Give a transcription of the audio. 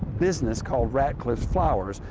business called ratcliffe's flowers.